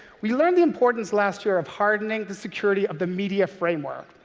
we learned the importance last year of hardening the security of the media framework.